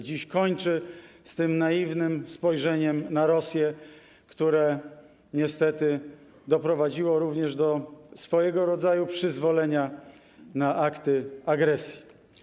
Dziś kończy z tym naiwnym spojrzeniem na Rosję, które niestety doprowadziło również do swojego rodzaju przyzwolenia na akty agresji.